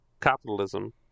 capitalism